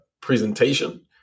presentation